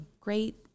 great